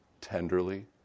Tenderly